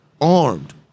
armed